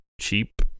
cheap